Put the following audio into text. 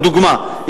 לדוגמה,